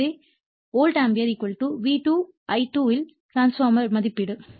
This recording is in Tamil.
எனவே வோல்ட் ஆம்பியர் V 2 I 2 இல் டிரான்ஸ்பார்மர் மதிப்பீடு